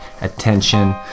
attention